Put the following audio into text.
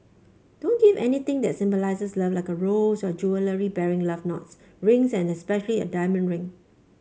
don't give anything that symbolises love like a rose or jewellery bearing love knots rings and especially a diamond ring